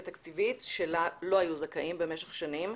תקציבית שלה לא היו זכאים במשך שנים.